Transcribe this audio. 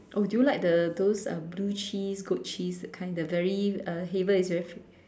oh do you like the those uh blue cheese good cheese kind very uh flavor is very